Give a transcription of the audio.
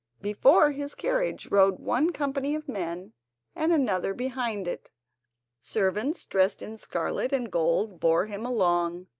before his carriage rode one company of men and another behind it servants dressed in scarlet and gold bore him along,